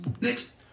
Next